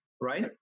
right